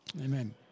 Amen